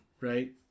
Right